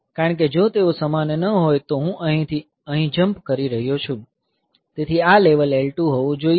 કારણ કે જો તેઓ સમાન ન હોય તો હું અહીંથી અહીં જંપ કરી રહ્યો છું તેથી આ લેવલ L2 હોવું જોઈએ